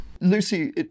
lucy